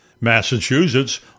Massachusetts